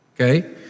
Okay